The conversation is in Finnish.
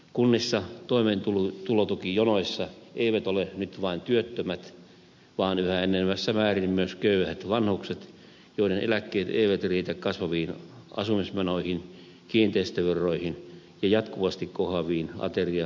kunnissa toimeentulotukijonoissa eivät ole nyt vain työttömät vaan yhä enenevässä määrin myös köyhät vanhukset joiden eläkkeet eivät riitä kasvaviin asumismenoihin kiinteistöveroihin ja jatkuvasti kohoaviin ateria ja asiakasmaksuihin